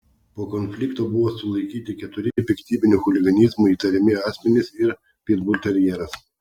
po konflikto buvo sulaikyti keturi piktybiniu chuliganizmu įtariami asmenys ir pitbulterjeras